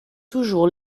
toujours